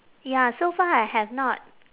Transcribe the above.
ya so far I have not